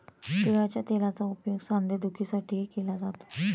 तिळाच्या तेलाचा उपयोग सांधेदुखीसाठीही केला जातो